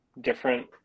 different